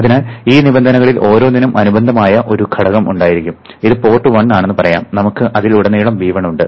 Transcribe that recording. അതിനാൽ ഈ നിബന്ധനകളിൽ ഓരോന്നിനും അനുബന്ധമായ ഒരു ഘടകം ഉണ്ടായിരിക്കും ഇത് പോർട്ട് 1 ആണെന്ന് പറയാം നമുക്ക് അതിൽ ഉടനീളം V1 ഉണ്ട്